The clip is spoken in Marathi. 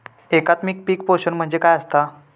एकात्मिक पीक पोषण म्हणजे काय असतां?